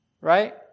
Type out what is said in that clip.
right